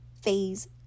phase